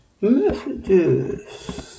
messages